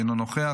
אינו נוכח,